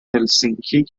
هلسینکی